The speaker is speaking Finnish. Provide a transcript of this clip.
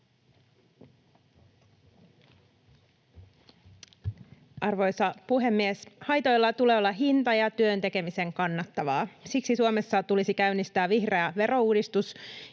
Arvoisa puhemies! Haitoilla tulee olla hinta ja työn tekemisen kannattavaa. Siksi Suomessa tulisi käynnistää vihreä verouudistus,